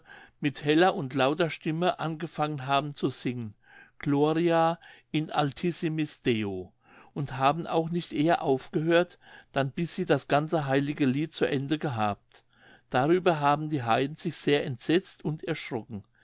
mit heller und lauter stimme angefangen haben zu singen gloria in altissimis deo und haben auch nicht eher aufgehört dann bis sie das ganze heilige lied zu ende gehabt darüber haben die heiden sich sehr entsetzt und erschrocken